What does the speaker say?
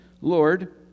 Lord